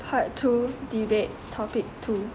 part two debate topic two